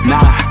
Nah